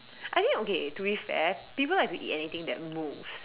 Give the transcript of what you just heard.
I mean okay to be fair people have to eating everything that moves